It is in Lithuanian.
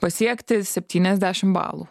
pasiekti septyniasdešim balų